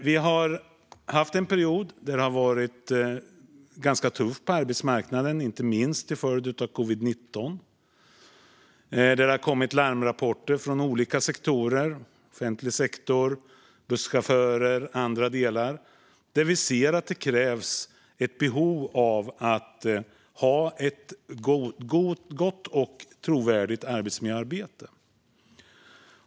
Vi har haft en period då det har varit ganska tufft på arbetsmarknaden, inte minst på grund av covid-19. Det har kommit larmrapporter från olika sektorer, till exempel från busschaufförer och andra delar av offentlig sektor, där vi ser att det finns ett behov av ett gott och trovärdigt arbetsmiljöarbete.